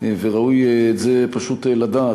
וראוי את זה פשוט לדעת,